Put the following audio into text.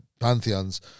Pantheons